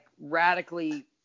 radically –